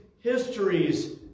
histories